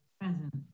Present